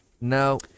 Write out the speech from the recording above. No